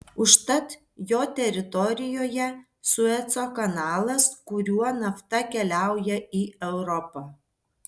užtat jo teritorijoje sueco kanalas kuriuo nafta keliauja į europą